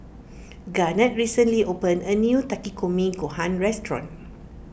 Garnett recently opened a new Takikomi Gohan restaurant